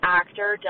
actor